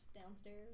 Downstairs